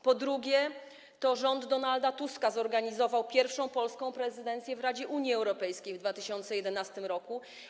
Po drugie, to rząd Donalda Tuska zorganizował pierwszą polską prezydencję w Radzie Unii Europejskiej w 2011 r.